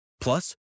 Plus